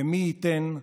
ומי ייתן,